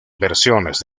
versiones